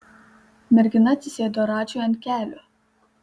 mergina atsisėdo radžiui ant kelių